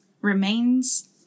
remains